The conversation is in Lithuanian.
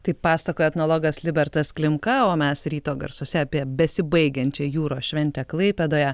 taip pasakojo etnologas libertas klimka o mes ryto garsuose apie besibaigiančią jūros šventę klaipėdoje